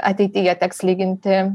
ateityje teks lyginti